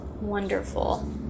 Wonderful